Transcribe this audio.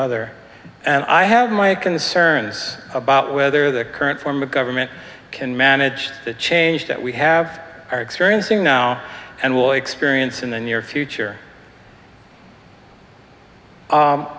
other and i have my concerns about whether their current form of government can manage the change that we have are experiencing now and will experience in the near future